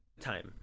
time